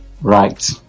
Right